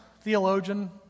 theologian